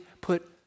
put